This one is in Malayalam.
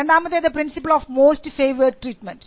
രണ്ടാമത്തേത് principle of most favoured treatment